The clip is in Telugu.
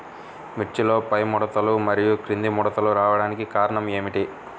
మిర్చిలో పైముడతలు మరియు క్రింది ముడతలు రావడానికి కారణం ఏమిటి?